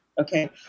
okay